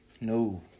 No